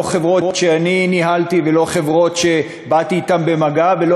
לא חברות שאני ניהלתי ולא חברות שבאתי אתן במגע ולא